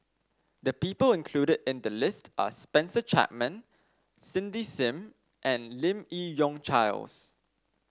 the people included in the list are Spencer Chapman Cindy Sim and Lim Yi Yong Charles